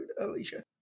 Alicia